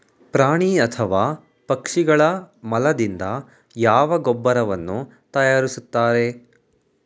ಪ್ರಾಣಿ ಅಥವಾ ಪಕ್ಷಿಗಳ ಮಲದಿಂದ ಯಾವ ಗೊಬ್ಬರವನ್ನು ತಯಾರಿಸುತ್ತಾರೆ?